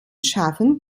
schaffen